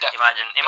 imagine